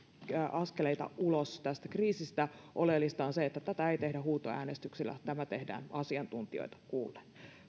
askeleita ulos tästä kriisistä oleellista on se että tätä ei tehdä huutoäänestyksillä tämä tehdään asiantuntijoita kuullen